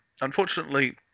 Unfortunately